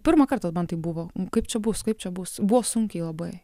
pirmą kartą man taip buvo kaip čia bus kaip čia bus buvo sunkiai labai